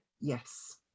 Yes